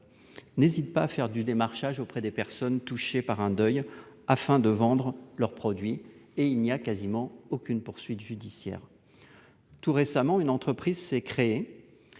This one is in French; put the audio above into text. n'hésitaient pas à faire du démarchage auprès des personnes touchées par un deuil afin de vendre leurs produits. Et il n'y a quasiment aucune poursuite judiciaire ! Une nouvelle entreprise propose